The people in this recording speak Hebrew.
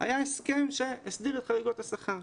היה הסכם שהסדיר את חריגות השכר.